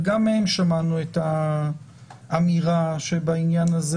וגם מהם שמענו את האמירה שבעניין הזה